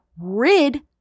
rid